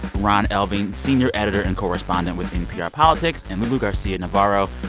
ron elving, senior editor and correspondent with npr politics and lulu garcia-navarro,